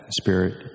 spirit